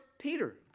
Peter